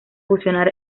fusionar